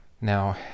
Now